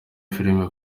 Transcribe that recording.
filme